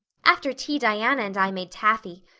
after tea diana and i made taffy.